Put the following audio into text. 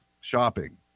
shopping